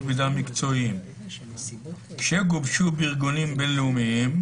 מידה מקצועיים שגובשו בארגונים בין-לאומיים".